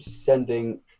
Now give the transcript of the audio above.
sending